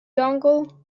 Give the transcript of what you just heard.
dongle